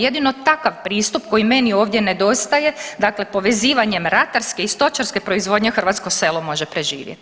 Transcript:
Jedino takav pristup koji meni ovdje nedostaje, dakle povezivanjem ratarske i stočarske proizvodnje hrvatsko selo može preživjeti.